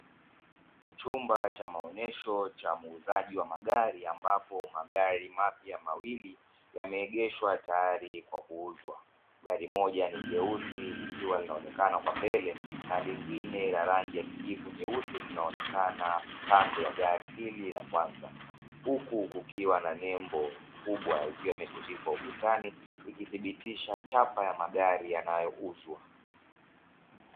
Chumba cha maonyesho cha uuzaji magari ambapo magari mapya mawili yameegeshwa tayari kwa kuuzwa. Gari moja ni jeusi likiwa linaonekana kwa mbele na lingine rangi ya kijivu nyusi linaonekana kando ya gari hili la kwanza, huku kukiwa na nembo kubwa ikiwa imetundikwa ukutani ikithibitisha chapa ya magari yanayouzwa.